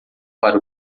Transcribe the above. para